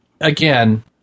again